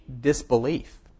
disbelief